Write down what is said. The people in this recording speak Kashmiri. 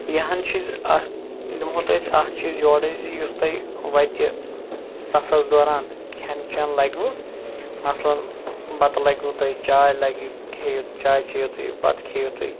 یہِ ہَن چھ اکھ دِمہو تۄہہِ أسۍ اکھ چیٖز یورے زِ یُس تۄہہِ وَتہِ سَفرس دوران کھٮ۪ن چٮ۪ھن لَگوٕ مَثلَن بَتہٕ لَگوٕ تۄہہ چاے لَگہِ کھیٚیِو چاے چییِو تُہۍ بَتہٕ کھیٚیِو تُہۍ